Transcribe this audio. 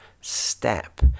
step